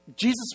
Jesus